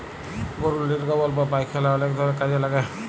গরুর লির্গমল বা পায়খালা অলেক ধরলের কাজে লাগে